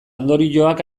ondorioak